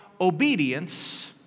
obedience